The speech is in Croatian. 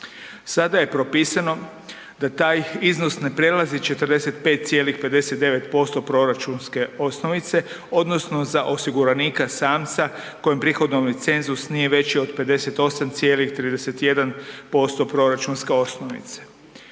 Sada je propisano da taj iznos ne prelazi 45,59% proračunske osnovice odnosno za osiguranika samca kojem prihodovni cenzus nije veći od 58,31% proračunske osnovice.